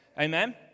Amen